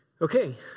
Okay